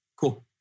cool